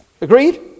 Agreed